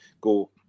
go